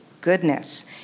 goodness